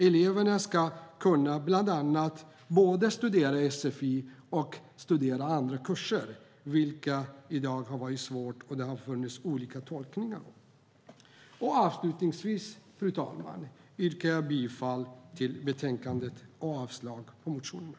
Eleverna ska bland annat kunna studera både sfi och andra kurser, vilket i dag har varit svårt, och det har funnits olika tolkningar av den rätten. Avslutningsvis yrkar jag bifall till utskottets förslag och avslag på reservationerna.